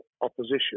opposition